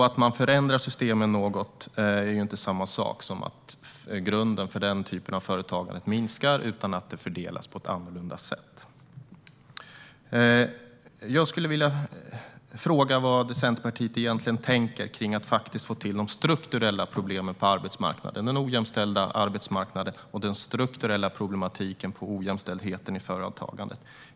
Att man förändrar systemet något är alltså inte samma sak som att grunden för denna typ av företagande minskar utan att det fördelas på ett annorlunda sätt. Jag skulle vilja fråga vad Centerpartiet egentligen tänker när det gäller att faktiskt komma till rätta med de strukturella problemen på arbetsmarknaden - den ojämställda arbetsmarknaden och den strukturella problematiken i fråga om ojämställdheten i företagandet.